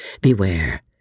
beware